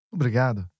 Obrigado